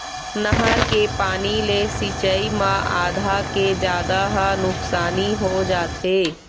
नहर के पानी ले सिंचई म आधा के जादा ह नुकसानी हो जाथे